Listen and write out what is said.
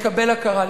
לקבל הכרה,